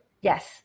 Yes